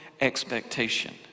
expectation